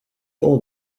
old